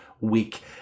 week